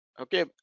okay